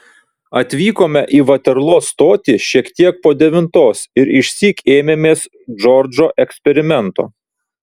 atvykome į vaterlo stotį šiek tiek po devintos ir išsyk ėmėmės džordžo eksperimento